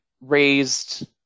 raised